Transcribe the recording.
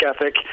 ethic